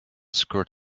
squirt